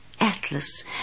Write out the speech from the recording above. Atlas